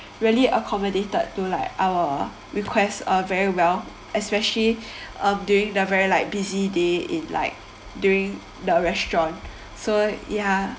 really accommodated to like our request uh very well especially um doing the very like busy day in like during the restaurant so ya